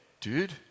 dude